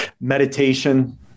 meditation